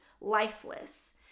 lifeless